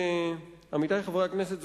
עמיתי חברי הכנסת,